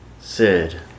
Sid